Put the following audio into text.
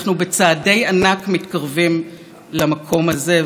וזה מה שאתם עושים בקור רוח מחושב.